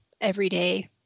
everyday